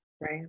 Right